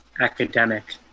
academic